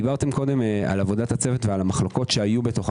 דיברתם על עבודת צוות והמחלוקות שהיו בה.